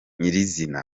izina